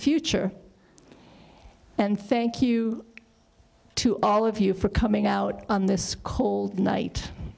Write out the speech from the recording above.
future and thank you to all of you for coming out on this cold night